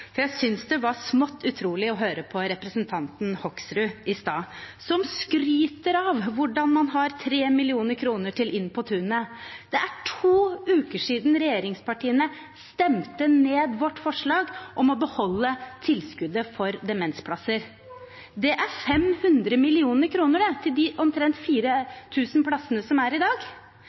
for jeg synes det var smått utrolig å høre på representanten Hoksrud i sted, som skrøt av at man har 3 mill. kr til Inn på tunet. Det er to uker siden regjeringspartiene stemte ned vårt forslag om å beholde tilskuddet til demensplasser. Det er 500 mill. kr til de omtrent 4 000 plassene man har i dag.